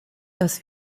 dass